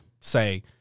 say